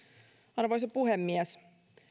arvoisa puhemies